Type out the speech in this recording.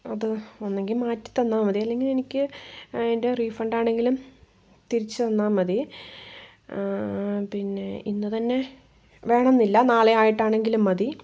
അത് ഒന്ന് എങ്കിൽ മാറ്റി തന്നാൽ മതി അല്ലെങ്കിൽ എനിക്ക് അതിൻ്റെ റീഫണ്ട് ആണെങ്കിലും തിരിച്ച് തന്നാൽ മതി പിന്നെ ഇന്ന് തന്നെ വേണം എന്നില്ല നാളെയായിട്ടാണെങ്കിലും മതി